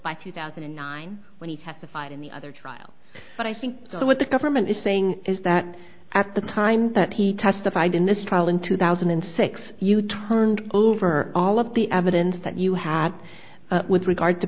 by two thousand and nine when he testified in the other trial but i think what the government is saying is that at the time that he testified in this trial in two thousand and six you turned over all of the evidence that you had with regard to